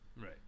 Right